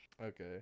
Okay